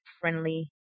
friendly